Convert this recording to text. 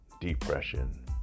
depression